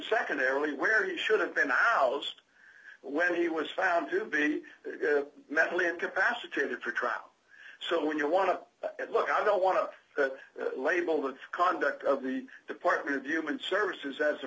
secondarily where he should have been oust when he was found to be mentally incapacitated for trial so when you want to look i don't want to label the conduct of the department of human services as a